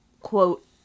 quote